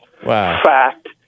Fact